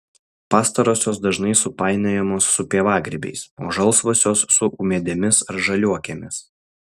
pastarosios dažnai supainiojamos su pievagrybiais o žalsvosios su ūmėdėmis ar žaliuokėmis